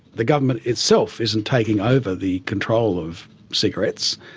the government itself isn't taking over the control of cigarettes.